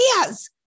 ideas